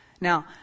Now